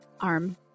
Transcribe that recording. arm